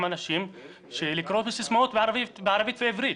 אנשים לקרוא בסיסמאות בעברית וערבית,